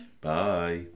Bye